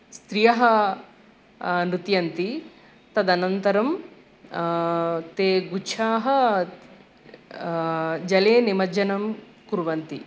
स्त्रियः नृत्यन्ति तदनन्तरं ते गुच्छाः जले निमज्जनं कुर्वन्ति